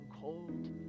cold